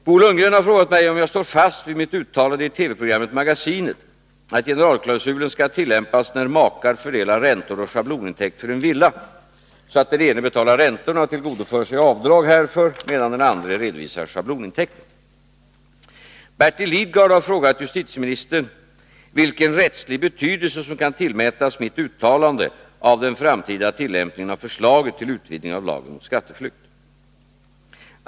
Bo Lundgren har frågåt mig om jag står fast vid mitt uttalande i TV-programmet Magasinet att generalklausulen skall tillämpas när makar fördelar räntor och schablonintäkt för en villa, så att den ene betalar räntorna och tillgodogör sig avdrag härför, medan den andre redovisar schablonintäkten. Bertil Lidgard har frågat justitieministern vilken rättslig betydelse som kan tillmätas mitt uttalande om den framtida tillämpningen av förslaget till utvidgning av lagen mot skatteflykt.